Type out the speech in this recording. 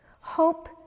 Hope